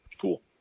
Cool